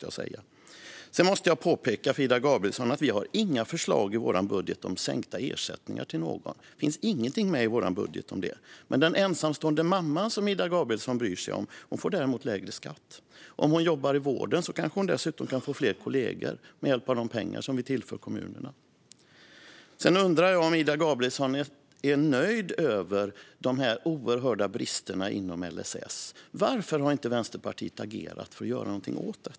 Jag vill vidare påpeka för Ida Gabrielsson att vi inte har några förslag i vår budget om sänkta ersättningar till någon. Det finns ingenting i vår budget om det. Den ensamstående mamman, som Ida Gabrielsson bryr sig om, får däremot lägre skatt. Jobbar hon i vården kan hon dessutom få fler kollegor med hjälp av de pengar som vi tillför kommunerna. Jag undrar om Ida Gabrielsson är nöjd med de oerhörda brister som finns inom LSS. Varför har Vänsterpartiet inte agerat för att göra något åt dem?